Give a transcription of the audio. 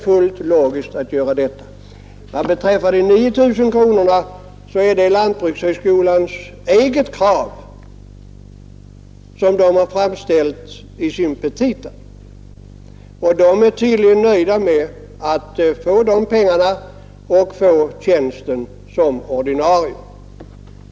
Vad beträffar de 9 000 kronorna är det lantbrukshögskolans eget krav, som de har framfört i sin petita. De är tydligen nöjda med att få de pengarna och att tjänsten blir ordinarie.